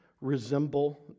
resemble